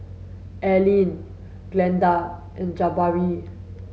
Aileen Glenda and Jabari